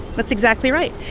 that's exactly right.